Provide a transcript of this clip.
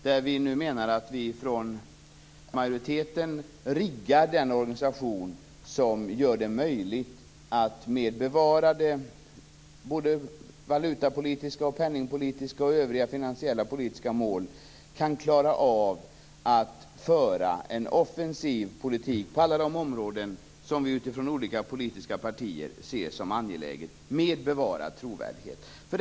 Vi i majoriteten menar att vi nu riggar den organisation som gör det möjligt att med bevarade valutapolitiska, penningpolitiska och övriga finansiella politiska mål föra en offensiv politik på alla de områden som vi från olika politiska partiers sida ser som angelägna, med bevarad trovärdighet.